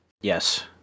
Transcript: Yes